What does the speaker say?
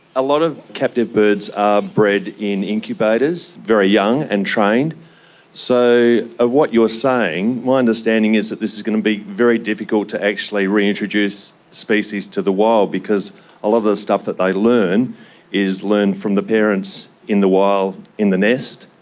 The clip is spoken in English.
a lot of captive birds are bred in incubators very young and trained. so of what you are saying, my understanding is that this is going to be very difficult to actually reintroduce species to the wild because a lot of the stuff that they learn is learned from the parents in the wild in the nest.